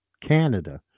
Canada